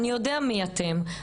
אני יודע מי אתם,